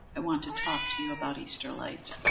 i want to talk to you about easter light.